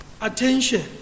attention